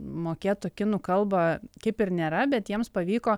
mokėtų kinų kalbą kaip ir nėra bet jiems pavyko